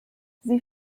sie